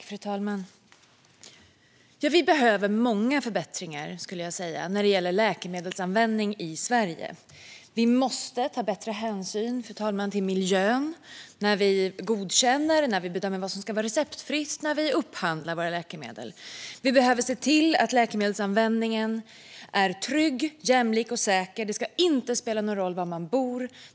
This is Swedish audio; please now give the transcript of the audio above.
Fru talman! Vi behöver många förbättringar, skulle jag säga, när det gäller läkemedelsanvändning i Sverige. Vi måste ta bättre hänsyn till miljön när vi godkänner, när vi bedömer vad som ska vara receptfritt och när vi upphandlar våra läkemedel. Vi behöver se till att läkemedelsanvändningen är trygg, jämlik och säker. Det ska inte spela någon roll var man bor.